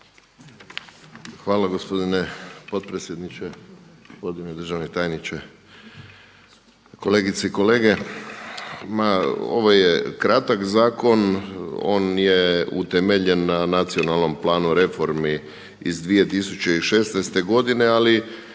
Hvala gospodine potpredsjedniče, gospodine državni tajniče, kolegice i kolege. Ma ovo je kratak zakon. On je utemeljen na Nacionalnom planu reformi iz 2016. godine ali